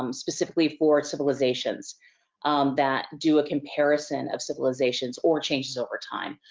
um specifically for civilizations that do a comparison of civilizations or changes over time,